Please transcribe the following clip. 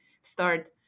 start